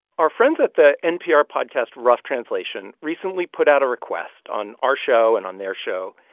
our friends at the npr podcast rough translation recently put out a request on our show and on their show.